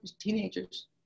teenagers